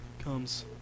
comes